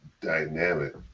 dynamic